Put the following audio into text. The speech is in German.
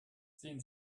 sehen